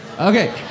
Okay